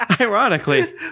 Ironically